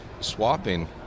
swapping